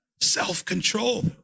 self-control